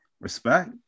Respect